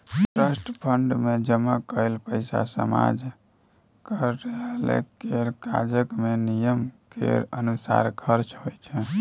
trust fund मे जमा कएल पैसा समाज कल्याण केर काज मे नियम केर अनुसार खर्च होइ छै